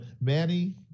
Manny